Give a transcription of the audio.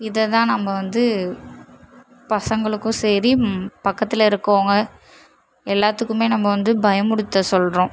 இதை தான் நம்ப வந்து பசங்களுக்கும் சரி பக்கத்தில் இருக்கவங்க எல்லாத்துக்குமே நம்ம வந்து பயமுடுத்த சொல்கிறோம்